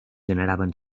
generaven